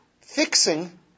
fixing